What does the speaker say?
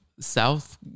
South